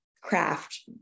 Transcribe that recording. craft